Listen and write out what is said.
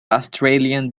australian